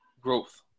growth